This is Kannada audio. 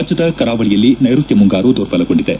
ರಾಜ್ಞದ ಕರಾವಳಿಯಲ್ಲಿ ನೈರುತ್ಯ ಮುಂಗಾರು ದುರ್ಬಲಗೊಂಡಿದೆ